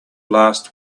last